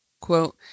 quote